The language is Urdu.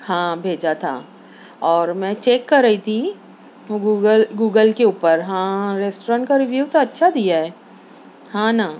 ہاں بھیجا تھا اور میں چیک کر رہی تھی گوگل گوگل کے اوپر ہاں ریسٹورینٹ کا ریویو تو اچھا دیا ہے ہاں نا